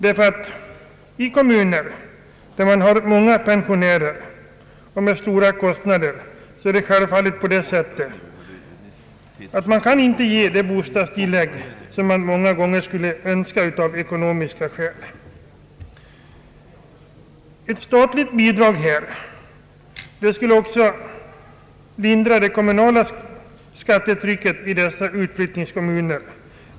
I de kommuner, som har många pensionärer och där kostnaderna är höga, finns det självfallet inte ekonomisk möjlighet att ge pensionärerna de bostadstillägg som man många gånger skulle önska. Ett statligt grundbidrag som föresla-. gits i motioner från centerpartiet skulle lindra det kommunala skattetrycket i utflyttningskommunerna.